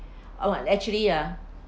oh and actually ah